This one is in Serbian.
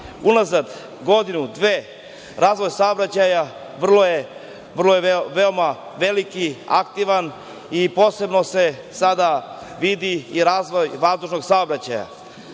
unazad godinu, dve, razvoje saobraćaja vrlo je veoma veliki, aktivan i posebno se sada vidi i razvoj vazdušnog saobraćaja.